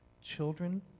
Children